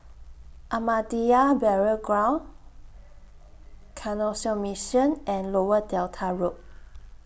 Ahmadiyya Burial Ground Canossian Mission and Lower Delta Road